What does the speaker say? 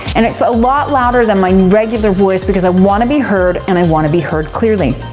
and it's a lot louder than my regular voice because i wanna be heard and i wanna be heard clearly.